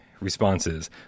responses